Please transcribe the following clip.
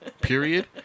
period